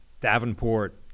Davenport